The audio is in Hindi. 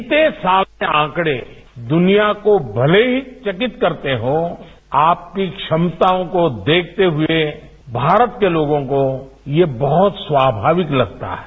बीते साल में आंकड़े दुनिया को भले ही चकित करते हो आपकी क्षमताओं को देखते हुए भारत के लोगों को ये बहुत स्वभाविक लगता है